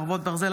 חרבות ברזל),